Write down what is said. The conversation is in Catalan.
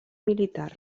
militar